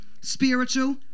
spiritual